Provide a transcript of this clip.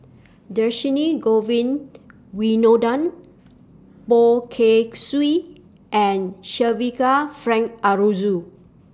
Dhershini Govin Winodan Poh Kay Swee and Shavaca Frank Aroozoo